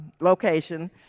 location